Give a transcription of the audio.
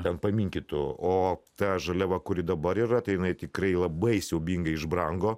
ten paminkytų o ta žaliava kuri dabar yra tai jinai tikrai labai siaubingai išbrango